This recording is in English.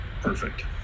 Perfect